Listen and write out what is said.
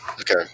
Okay